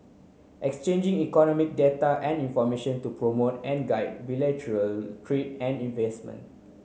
exchanging economic data and information to promote and guide bilateral trade and investment